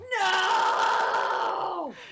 No